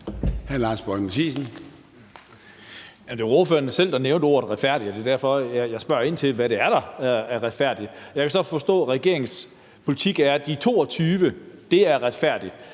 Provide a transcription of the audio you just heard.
Det var ordføreren selv, der nævnte ordet retfærdig, og det er derfor, jeg spørger ind til, hvad det er, der er retfærdigt. Jeg kan så forstå, at regeringens politik er, at de 22 pct. er retfærdigt.